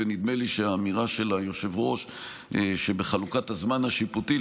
ונדמה לי שהאמירה של היושב-ראש היא שבחלוקת הזמן השיפוטי,